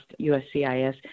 USCIS